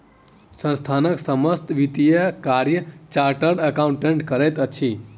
संस्थानक समस्त वित्तीय कार्य चार्टर्ड अकाउंटेंट करैत अछि